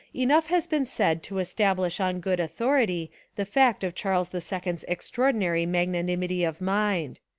enough has been said to establish on good authority the fact of charles the second's ex traordinary magnanimity of mind.